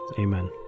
Amen